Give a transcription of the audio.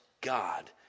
God